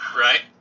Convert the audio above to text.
Right